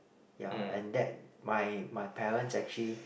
ya and that my my parents actually